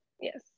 Yes